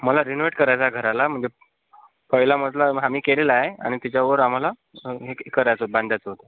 मला रेनोव्हेट करायचं आहे घराला म्हणजे पहिला मजला आ आम्ही केलेला आहे आणि तिच्यावर आम्हाला करायचं बांधायचं होतं